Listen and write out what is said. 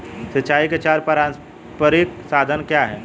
सिंचाई के चार पारंपरिक साधन क्या हैं?